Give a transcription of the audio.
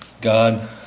God